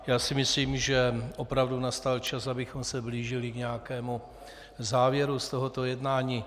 Já si myslím, že opravdu nastal čas, abychom se blížili k nějakému závěru z tohoto jednání.